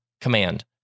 command